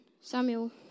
Samuel